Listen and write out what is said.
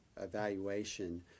evaluation